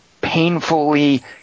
painfully